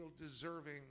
deserving